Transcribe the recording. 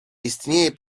istnieje